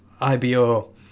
IBO